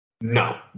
No